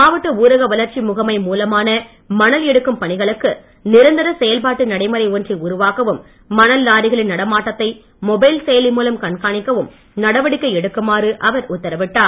மாவட்ட ஊரக வளர்ச்சி முகமை மூலமான மணல் எடுக்கும் பணிகளுக்கு நிரந்தர செயல்பாட்டு நடைமுறை ஒன்றை உருவாக்கவும் மணல் லாரிகளின் நடமாட்டத்தை மொபைல் செயலி மூலம் கண்காணிக்கவும் நடவடிக்கை எடுக்குமாறு அவர் உத்தரவிட்டார்